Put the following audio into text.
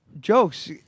jokes